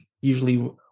usually